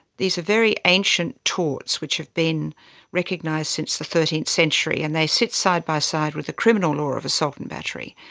these are very ancient torts which have been recognised since the thirteenth century and they sit side by side with the criminal law of assault and battery,